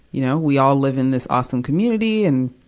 you know, we all live in this awesome community, and